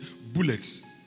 Bullets